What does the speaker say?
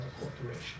Corporation